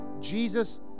Jesus